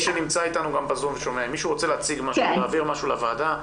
אם מישהו רוצה להציג משהו או להעביר משהו לוועדה,